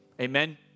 Amen